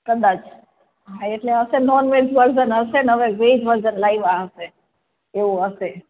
કદાચ હા એટલે હશે નોનવેજ વર્ઝન હશે ને હવે વેજ વર્ઝન લાવ્યાં હશે એવું હશે